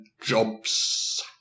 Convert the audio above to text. jobs